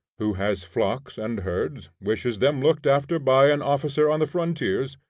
who has flocks and herds, wishes them looked after by an officer on the frontiers,